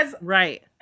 Right